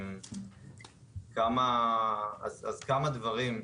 כמה דברים.